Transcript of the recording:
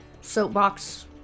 soapbox